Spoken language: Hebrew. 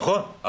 נכון.